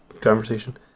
conversation